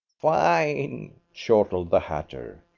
fine! chortled the hatter.